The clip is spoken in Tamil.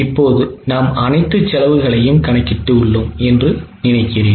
இப்போது நாம் அனைத்து செலவுகளையும் கணக்கிட்டு உள்ளோம் என்று நினைக்கிறேன்